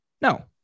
No